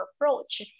approach